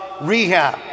Rehab